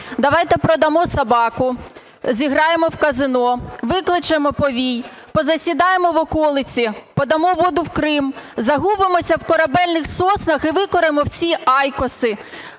Давайте продамо собаку, зіграємо в казино, викличемо повій, позасідаємо в околиці, подамо воду в Крим, загубимося в корабельних соснах і викуримо всі IQOS,